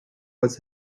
was